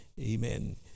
amen